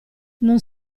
non